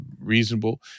reasonable